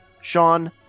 sean